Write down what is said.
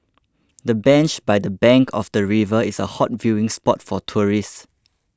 the bench by the bank of the river is a hot viewing spot for tourists